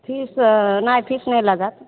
fees नहि fees नहि लागत